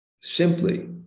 simply